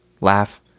laugh